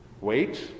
wait